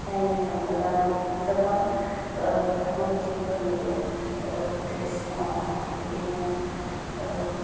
नायनो थांबोला गोबां मुर्थिफोर नुयो कृष्ण बिदिनो